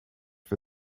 for